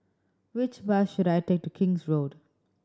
which bus should I take to King's Road